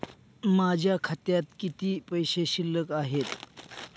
माझ्या खात्यात किती पैसे शिल्लक आहेत?